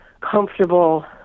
comfortable